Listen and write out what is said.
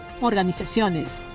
organizaciones